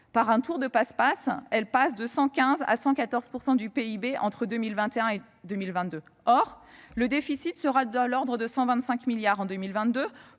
Par un tour de passe-passe, celle-ci évolue de 115 % à 114 % du PIB entre 2021 et 2022. Or le déficit sera de l'ordre de 125 milliards d'euros